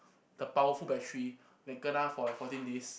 the powerful battery that kena for like fourteen days